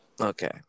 Okay